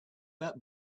that